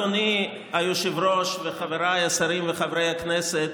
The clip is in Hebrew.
אדוני היושב-ראש וחבריי השרים וחברי הכנסת,